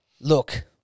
look